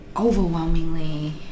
overwhelmingly